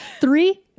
Three